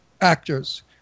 actors